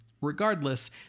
Regardless